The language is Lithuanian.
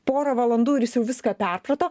porą valandų ir jis jau viską perprato